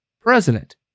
president